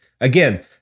again